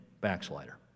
backslider